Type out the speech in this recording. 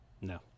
No